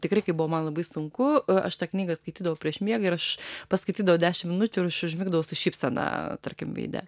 tikrai kai buvo man labai sunku aš tą knygą skaitydavau prieš miegą paskaitydavau dešim minučių ir aš užmigdavau su šypsena tarkim veide